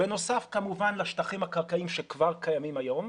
בנוסף כמובן לשטחים הקרקעיים שכבר קיימים היום,